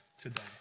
today